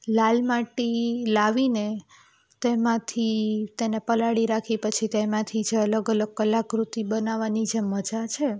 લાલ માટી લાવીને તેમાંથી તેને પલાળી રાખી પછી તેમાંથી જે અલગ અલગ કલાકૃતિ બનાવવાની જે મજા છે